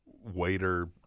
waiter